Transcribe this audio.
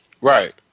Right